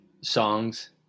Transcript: songs